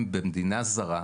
הן במדינה זרה,